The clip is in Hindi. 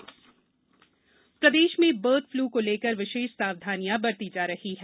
बर्ड फ्लू प्रदेश में बर्ड फ्लू को लेकर विशेष सावधानियां बरती जा रही है